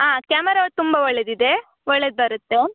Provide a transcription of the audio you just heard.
ಹಾಂ ಕ್ಯಾಮರಾ ತುಂಬ ಒಳ್ಳೆಯದಿದೆ ಒಳ್ಳೆದು ಬರುತ್ತೆ